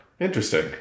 Interesting